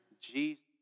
Jesus